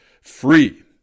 free